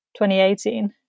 2018